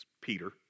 Peter